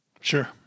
Sure